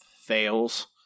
Fails